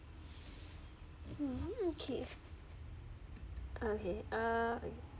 mm okay okay uh okay